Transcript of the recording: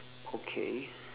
okay